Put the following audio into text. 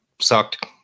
sucked